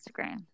Instagram